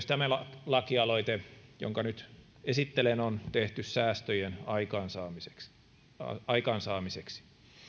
tämä lakialoite jonka nyt esittelen on tehty säästöjen aikaansaamiseksi aikaansaamiseksi